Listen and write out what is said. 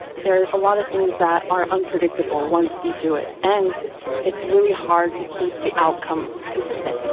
there are a lot of things that are unpredictable, once you do it, and it's really hard to keep the outcome consistent.